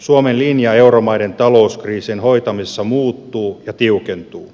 suomen linja euromaiden talouskriisin hoitamisessa muuttuu ja tiukentuu